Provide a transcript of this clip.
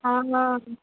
हां हां